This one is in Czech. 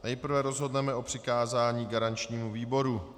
Nejprve rozhodneme o přikázání garančnímu výboru.